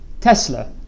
Tesla